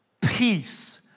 peace